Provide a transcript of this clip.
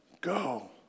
Go